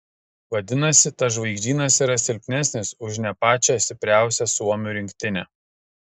vadinasi tas žvaigždynas yra silpnesnis už ne pačią stipriausią suomių rinktinę